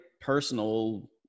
personal